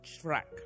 track